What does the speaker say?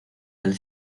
del